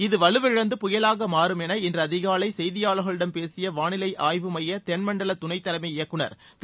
இது வலுவிழந்து புயலாக மாறும் என இன்று அதிகாலை செய்தியாளர்களிடம் பேசிய வானிலை ஆய்வு மைய தென்மண்டல துணைத் தலைமை இயக்குநர் திரு